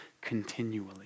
continually